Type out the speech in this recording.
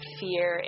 fear